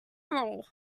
funeral